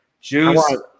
Juice